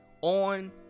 on